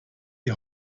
die